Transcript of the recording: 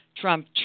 Trump